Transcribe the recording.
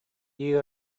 дии